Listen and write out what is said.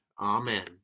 amen